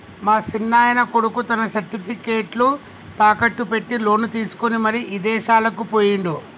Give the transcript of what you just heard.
మా సిన్నాయన కొడుకు తన సర్టిఫికేట్లు తాకట్టు పెట్టి లోను తీసుకొని మరి ఇదేశాలకు పోయిండు